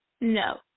No